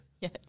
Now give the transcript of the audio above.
Yes